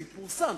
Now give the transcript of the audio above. זה פורסם,